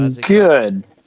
Good